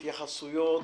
התייחסויות?